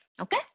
Okay